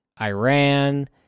Iran